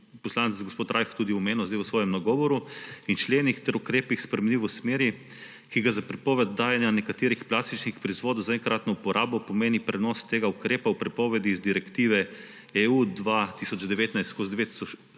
poslanec gospod Rajh tudi omenil zdaj v svojem nagovoru, in členih ter ukrepih spremenil v smeri, ki za prepoved prodajanja nekaterih plastičnih proizvodov za enkratno uporabo pomeni prenos tega ukrepa v prepovedi iz Direktive EU 2019/904